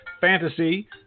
fantasy